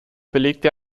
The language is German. belegte